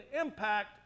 impact